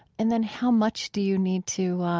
and then, how much do you need to